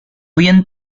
bien